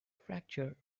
fracture